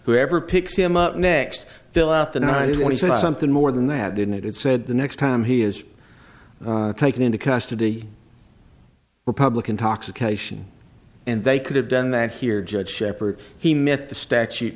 whoever picks him up next fill out the night when he said something more than that didn't it it said the next time he is taken into custody republican talks occasion and they could have done that here judge shepherd he met the statute